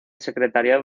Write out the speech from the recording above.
secretariado